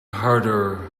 harder